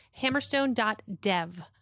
hammerstone.dev